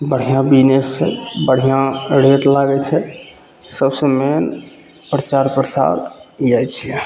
बढ़िआँ बिजनेस छै बढ़िआँ रेट लागै छै सबसे मेन प्रचार प्रसार इएह छिए